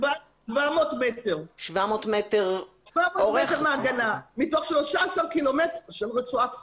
700 מטרים מעגנה, מתוך 13 קילומטרים של רצועת חוף.